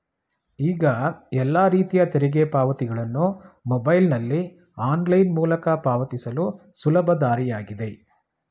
ಈಗ ಎಲ್ಲ ರೀತಿಯ ತೆರಿಗೆ ಪಾವತಿಗಳನ್ನು ಮೊಬೈಲ್ನಲ್ಲಿ ಆನ್ಲೈನ್ ಮೂಲಕ ಪಾವತಿಸಲು ಸುಲಭ ದಾರಿಯಾಗಿದೆ